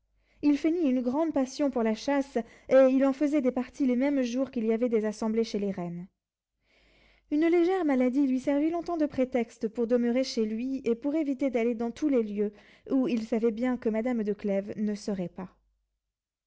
il feignit une passion grande pour la chasse et il en faisait des parties les mêmes jours qu'il y avait des assemblées chez les reines une légère maladie lui servit longtemps de prétexte pour demeurer chez lui et pour éviter d'aller dans tous les lieux où il savait bien que madame de clèves ne serait pas